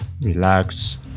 relax